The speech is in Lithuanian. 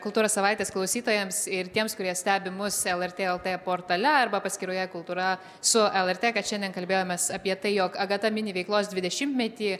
kultūros savaitės klausytojams ir tiems kurie stebi mus lrt lt portale arba paskyroje kultūra su lrt kad šiandien kalbėjomės apie tai jog agata mini veiklos dvidešimtmetį